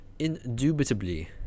indubitably